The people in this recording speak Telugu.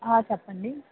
చెప్పండి